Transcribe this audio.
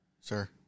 Sir